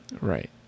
Right